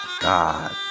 God